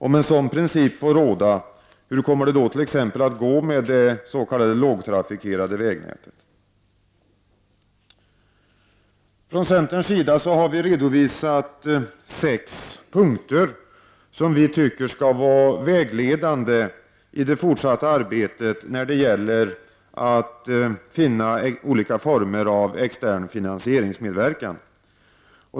Om en sådan princip får råda, hur går det då t.ex. med det s.k. lågtrafikerade vägnätet? Från centerns sida har vi redovisat sex punkter som vi tycker skall vara vägledande i det fortsatta arbetet när det gäller att finna olika former av extern finansieringsmedverkan.